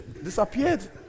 Disappeared